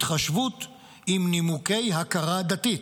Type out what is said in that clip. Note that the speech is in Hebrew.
התחשבות עם נימוקי הכרה דתית.